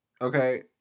Okay